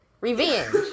revenge